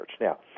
Now